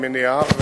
אני מניח,